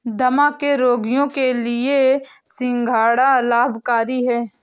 दमा के रोगियों के लिए सिंघाड़ा लाभकारी है